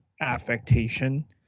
affectation